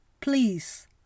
please